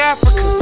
Africa